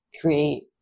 create